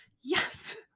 Yes